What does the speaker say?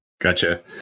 Gotcha